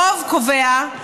הרוב קובע,